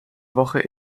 woche